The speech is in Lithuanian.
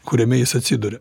kuriame jis atsiduria